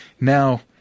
Now